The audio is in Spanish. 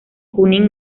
junín